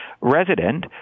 resident